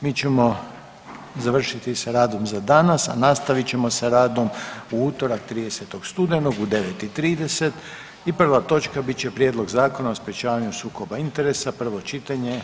Mi ćemo završiti sa radom za danas, a nastavit ćemo sa radom u utorak 30. studenog u 9 i 30 i prva točka bit će Prijedlog Zakona o sprječavanju sukoba interesa, prvo čitanje,